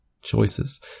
choices